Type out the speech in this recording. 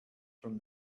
from